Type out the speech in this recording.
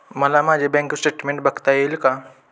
मला माझे bank statement बघता येईल का?